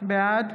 בעד